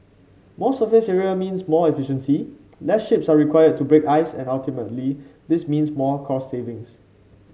more surface area means more efficiency lesser ships are required to break ice and ultimately this means more cost savings